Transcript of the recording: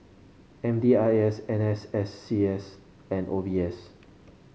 M D I S N S S C S and O B S